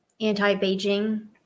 anti-beijing